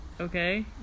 Okay